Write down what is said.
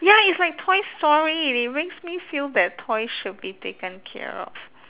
ya it's like toy story it makes me feel that toys should be taken care of